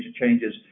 changes